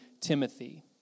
Timothy